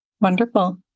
Wonderful